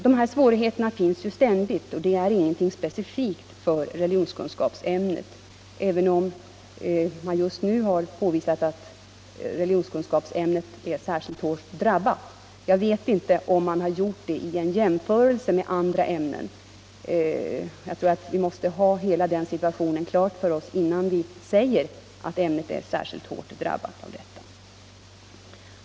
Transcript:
Dessa svårigheter finns ju ständigt, och det är ingenting speciellt för religionskunskapsämnet, även om man just nu har påvisat att re ligionskunskapsämnet är särskilt hårt drabbat. Jag vet inte om man har gjort en jämförelse med andra ämnen. Jag tror att vi måste ha hela situationen klar för oss innan vi kan säga att ämnet är särskilt hårt drabbat.